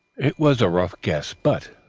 it was a rough guess, but,